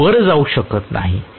ते वर जाऊ शकत नाही